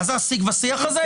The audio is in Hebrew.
מה זה השיג ושיח הזה?